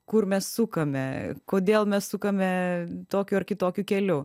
kur mes sukame kodėl mes sukame tokiu ar kitokiu keliu